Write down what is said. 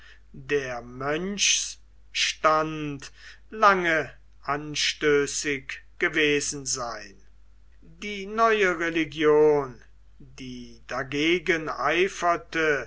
der mönchsstand lange anstößig gewesen sein die neue religion die dagegen eiferte